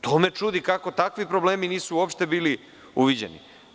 To me čudi, kako takvi problemi nisu uopšte bili uviđeni.